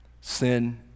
sin